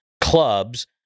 clubs